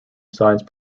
science